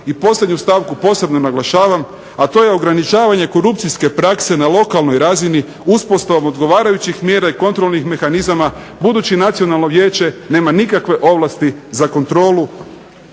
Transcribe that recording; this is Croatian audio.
i posljednju stavku posebno naglašavam, a to je ograničavanje korupcijske prakse na lokalnoj razini uspostavom odgovarajućih mjera i kontrolnih mehanizama budući nacionalno vijeće nema nikakve ovlasti za kontrolu